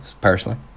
personally